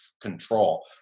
control